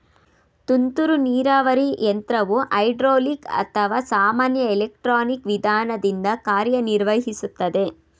ತುಂತುರು ನೀರಾವರಿ ಯಂತ್ರವು ಹೈಡ್ರೋಲಿಕ್ ಅಥವಾ ಸಾಮಾನ್ಯ ಎಲೆಕ್ಟ್ರಾನಿಕ್ ವಿಧಾನದಿಂದ ಕಾರ್ಯನಿರ್ವಹಿಸುತ್ತದೆ